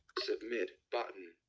submit button.